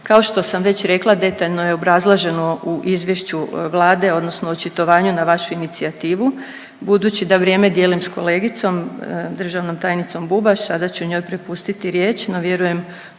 Kao što sam već rekla detaljno je obrazloženo u izvješću Vlade, odnosno očitovanju na vašu inicijativu. Budući da vrijeme dijelim sa kolegicom, državnom tajnicom Bubaš, sada ću njoj prepustiti riječ. No, vjerujem